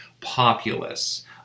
populace